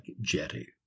jetty